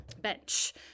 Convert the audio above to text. bench